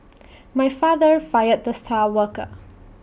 my father fired the star worker